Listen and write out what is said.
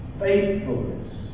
faithfulness